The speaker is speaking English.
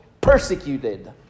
persecuted